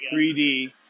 3D